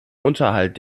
unterhalt